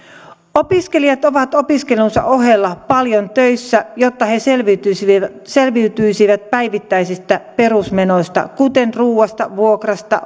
opiskelijat ovat opiskelunsa ohella paljon töissä jotta he selviytyisivät päivittäisistä perusmenoista kuten ruuasta vuokrasta